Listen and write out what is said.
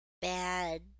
bad